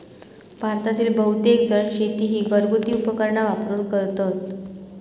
भारतातील बहुतेकजण शेती ही घरगुती उपकरणा वापरून करतत